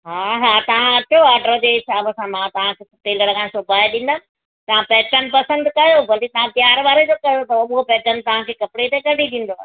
हा हा तव्हां अचो ऑडर जे हिसाब मां तव्हांखे टेलर खां सुबाए ॾींदमि तव्हां पैटन पसंदि कयो भली तव्हां तयारु वारे जो पसंदि कयो पैटन उहो पैटन तव्हांखे कपिड़े ते कढी ॾींदव